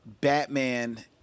Batman